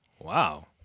Wow